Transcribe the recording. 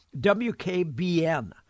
WKBN